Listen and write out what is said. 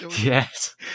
yes